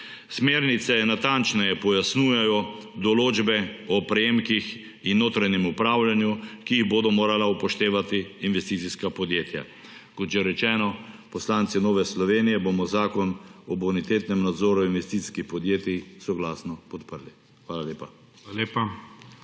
Smernice natančneje pojasnjujejo določbe o prejemkih in notranjem upravljanju, ki jih bodo morala upoštevati investicijska podjetja. Kot že rečeno, poslanci Nove Slovenije bomo zakon o bonitetnem nadzoru investicijskih podjetij soglasno podprli. Hvala lepa.